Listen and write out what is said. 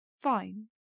Fine